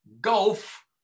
golf